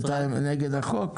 אתה נגד החוק?